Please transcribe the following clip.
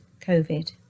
COVID